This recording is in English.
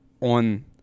on